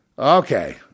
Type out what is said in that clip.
Okay